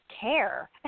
care